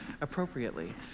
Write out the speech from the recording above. appropriately